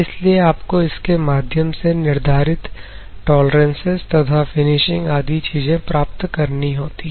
इसलिए आपको इसके माध्यम से निर्धारित टोलरेंसस तथा फिनिशिंग आदि चीजें प्राप्त करनी होती है